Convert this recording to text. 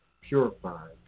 purified